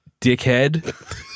dickhead